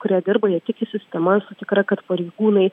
kurie dirba jie tiki sistema esu tikra kad pareigūnai